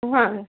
ହଁ